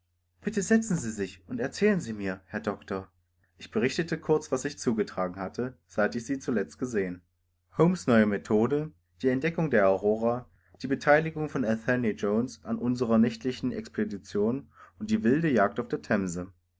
bitte setzen sie sich und erzählen sie mir alles genau dr watson sagte sie ich berichtete kurz die ereignisse seit der letzten begegnung holmes neue suchmethode die entdeckung der aurora das erscheinen von athelney jones unsere abendliche expedition und die wilde jagd auf der themse